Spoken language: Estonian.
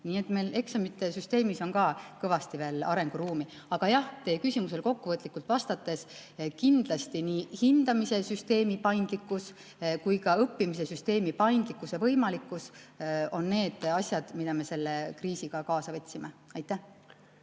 Nii et meil eksamite süsteemis on ka kõvasti veel arenguruumi. Aga jah, teie küsimusele kokkuvõtlikult vastates: kindlasti nii hindamise süsteemi paindlikkus kui ka õppimise süsteemi paindlikkuse võimalikkus on need asjad, mida me sellest kriisist kaasa võtsime. Aitäh!